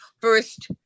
first